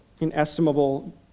inestimable